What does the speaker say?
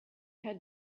had